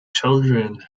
children